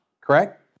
Correct